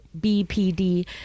BPD